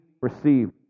received